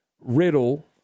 riddle